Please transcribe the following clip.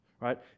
right